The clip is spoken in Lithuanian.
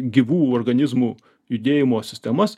gyvų organizmų judėjimo sistemas